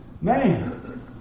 Man